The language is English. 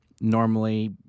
Normally